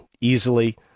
easily